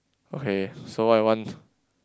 okay so what you want